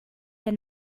der